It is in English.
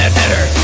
better